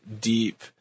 deep